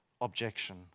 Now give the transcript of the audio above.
objection